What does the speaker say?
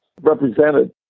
represented